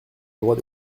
droit